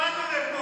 בשביל זה באנו לפה.